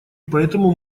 поэтому